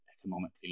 economically